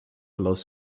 los